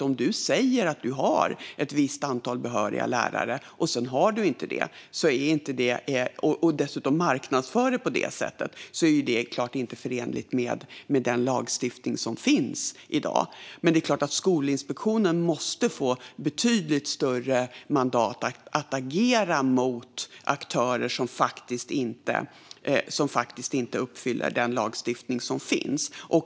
Om man säger att man har ett visst antal behöriga lärare och marknadsför det på det sättet och det sedan visar sig att man inte har det är det helt klart inte förenligt med den lagstiftning som finns i dag. Skolinspektionen måste få betydligt större mandat att agera mot aktörer som inte uppfyller den lagstiftning som finns.